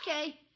Okay